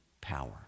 power